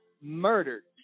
murdered